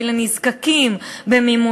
גם בפיתוח,